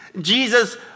Jesus